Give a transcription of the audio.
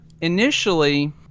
initially